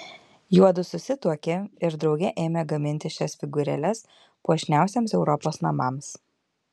juodu susituokė ir drauge ėmė gaminti šias figūrėles puošniausiems europos namams